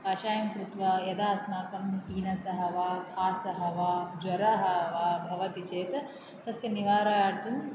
कषायं कृत्वा यदा अस्माकं पीनसः वा कासः वा ज्वरः वा भवति चेत् तस्य निवारणार्थम्